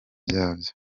byabyo